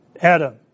Adam